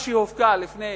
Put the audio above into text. מה שהופקע לפני